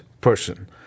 person